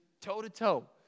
toe-to-toe